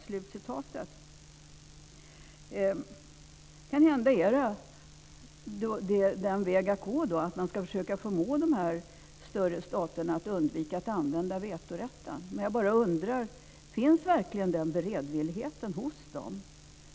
Kanhända är detta den väg som man ska gå, dvs. förmå de större staterna att undvika att använda vetorätten. Finns verkligen den beredvilligheten hos dem?